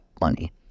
money